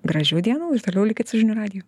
gražių dienų ir toliau likit su žinių radiju